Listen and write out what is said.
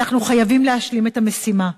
ואנחנו חייבים להשלים את המשימה.